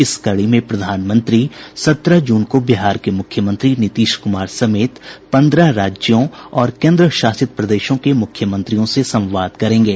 इस कड़ी में प्रधानमंत्री सत्रह जून को बिहार के मुख्यमंत्री नीतीश कुमार समेत पंद्रह राज्यों और केंद्रशासित प्रदेशों के मुख्यमंत्रियों से संवाद करेंगे